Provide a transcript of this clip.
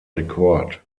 rekord